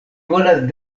volas